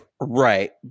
Right